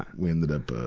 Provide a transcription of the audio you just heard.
we ended up, ah